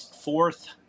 fourth